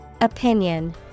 Opinion